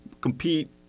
compete